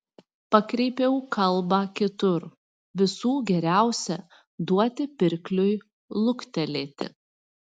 pakreipiau kalbą kitur visų geriausia duoti pirkliui luktelėti